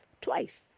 twice